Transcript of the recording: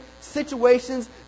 situations